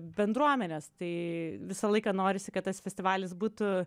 bendruomenės tai visą laiką norisi kad tas festivalis būtų